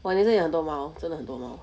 !wah! 你这里很多猫真的很多猫